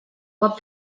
cop